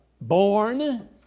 born